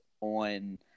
on